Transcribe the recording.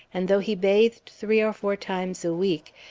and though he bathed three or four times a week,